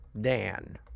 Dan